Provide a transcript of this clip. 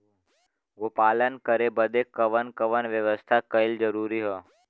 गोपालन करे बदे कवन कवन व्यवस्था कइल जरूरी ह?